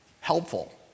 helpful